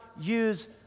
use